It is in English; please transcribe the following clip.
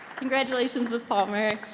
congratulations ms. palmer.